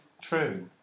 true